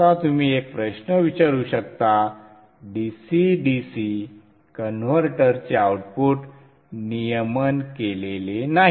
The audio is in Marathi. आता तुम्ही एक प्रश्न विचारू शकता dc dc कन्व्हर्टर चे आउटपुट नियमन केलेले नाही